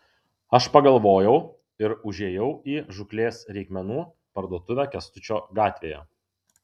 aš pagalvojau ir užėjau į žūklės reikmenų parduotuvę kęstučio gatvėje